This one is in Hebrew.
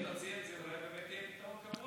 תציע את זה אולי גם כפתרון קבוע,